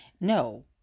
No